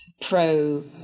pro